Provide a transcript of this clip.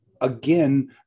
again